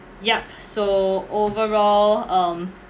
yup so overall um